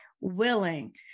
willing